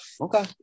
Okay